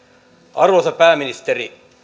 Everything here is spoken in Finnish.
arvoisa pääministeri